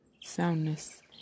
soundness